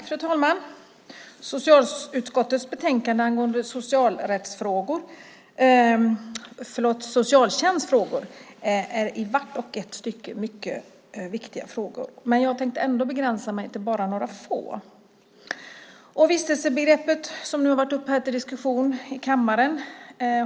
Fru talman! Socialutskottets betänkande om socialtjänstfrågor är i varje stycke mycket viktiga frågor. Jag tänkte ändå begränsa mig till några få. Vistelsebegreppet har varit uppe till diskussion nu i kammaren.